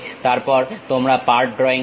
তারপর তোমরা part drawing নাও